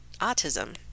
autism